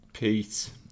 Pete